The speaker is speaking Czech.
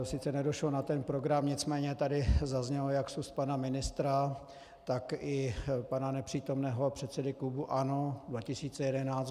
Sice nedošlo na ten program, nicméně tady zaznělo jak z úst pana ministra, tak i pana nepřítomného předsedy klubu ANO 2011